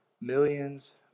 millions